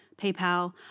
PayPal